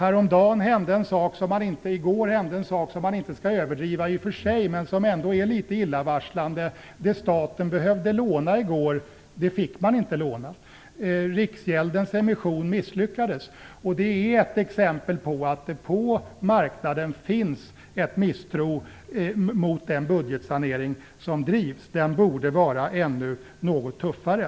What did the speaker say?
I går hände något som man i och för sig inte skall överdriva men som ändå är litet illavarslande: Staten fick inte låna det man behövde låna. Riksgäldens emission misslyckades. Det är ett exempel på att det på marknaden finns en misstro mot den budgetsanering som drivs. Den borde vara ännu något tuffare.